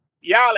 y'all